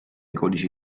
codici